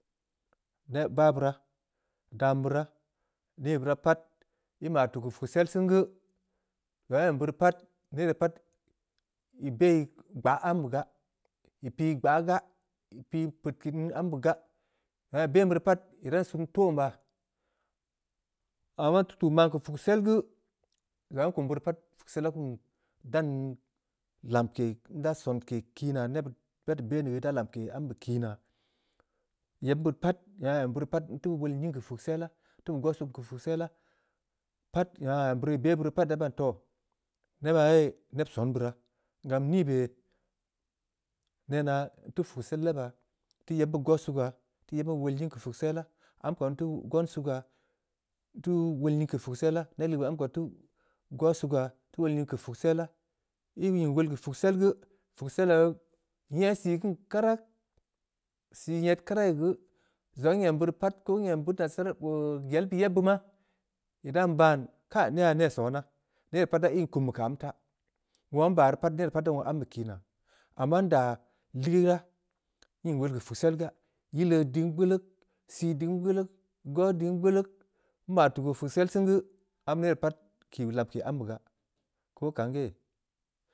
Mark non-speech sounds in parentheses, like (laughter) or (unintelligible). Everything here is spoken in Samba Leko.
De, bah beuraa. dam beuraa. de beuraa pat, ii maa tuu keu puksel sen geu, zongha ii em beurii geu pat, nere pat ii bei gbaa ambe gaa, ii pii gbaa gaa, ii pii peutke ambe gaa. zongha ii ben deu pat, ii dai sod ton baa, amma nti tuu man keu puksel geu, zongha nkum beuri pat puksel dan lamke, nda sonke kii naa, neb beud ii ben geu, ii da lamke ambe kiinaa, yebn beud pat, zongha ii em beurii pat, ii da wol nying keu puksella, nteu beu gooh sugn keu puksella, pat zongha ii em beurii ii be beuri pat ii da ban toh! Nebaa ye neb son beuraa. gam nii bei? Nenaa, nteu puksel lebaa. nteu yebm beud gooh suga, nteu yebm beud gooh suga keu puksella, amko nteu goo ambe suga keu puksella. nteu wol nying keu puksella. neb legue be ambe ko teu gooh sugaa. teu wol nying keu puksella, ii nying wol ya keu puksell geu. puksellaa rii, nye sii keun karak, sii nyed karak ya geu. zongha nyem beurii geu pat, ko nyem (unintelligible) yel pii yebbeu maa, ii dan baan, kai! Neyha neh sonaa, nere ppat da iin kum be keu amta, wongha nba rii pat, nere pat da ambe kiinaa, amma ndaa ligeuraa. nyig wol keu puksel gaa. yile ding gbeuleuk, sii ding gbeuleuk, gooh ding gbeuleuk, nma tuu keu puksel sen geu, am nere pat kii lamke ambe gaa, ko kangeh?